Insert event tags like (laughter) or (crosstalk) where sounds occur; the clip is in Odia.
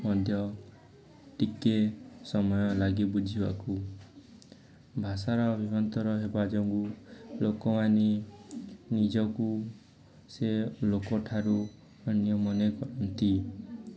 ମଧ୍ୟ ଟିକେ ସମୟ ଲାଗି ବୁଝିବାକୁ ଭାଷାର (unintelligible) ହେବା ଯୋଗୁଁ ଲୋକମାନେ ନିଜକୁ ସେ ଲୋକଠାରୁ ଅନ୍ୟ ମନେ କରନ୍ତି